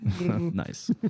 Nice